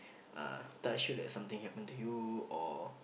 uh touch wood like something happen to you or